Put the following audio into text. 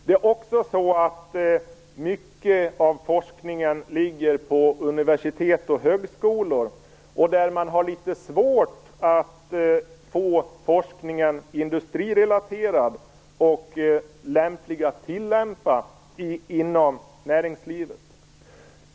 Dessutom ligger mycket av forskningen på universitet och högskolor, där man har litet svårt att få forskningen industrirelaterad och lämplig att tillämpa inom näringslivet.